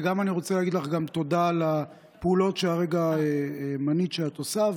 וגם רוצה להגיד לך תודה על הפעולות שכרגע מנית שאת עושה.